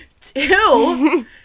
Two